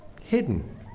hidden